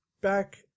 back